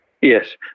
Yes